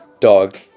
dog